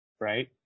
right